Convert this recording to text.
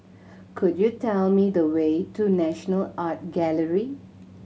could you tell me the way to National Art Gallery